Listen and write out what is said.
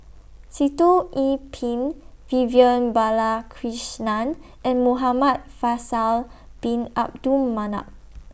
Sitoh Yih Pin Vivian Balakrishnan and Muhamad Faisal Bin Abdul Manap